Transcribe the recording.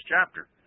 chapter